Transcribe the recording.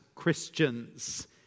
Christians